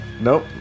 Nope